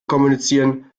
kommunizieren